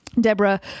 Deborah